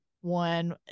One